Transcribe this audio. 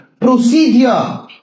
procedure